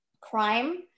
Crime